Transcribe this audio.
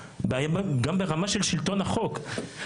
גם ברמה של שילטון החוק,